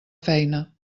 feina